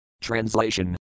Translation